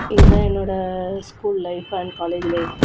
இதான் என்னோட school life and college life